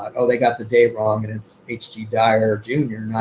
oh, they got the date wrong and it's hg dyar jr.